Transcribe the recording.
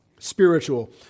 Spiritual